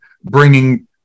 bringing